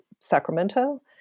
Sacramento